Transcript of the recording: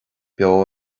beo